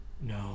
No